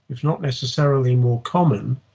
if not necessarily more common,